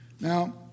now